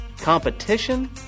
competition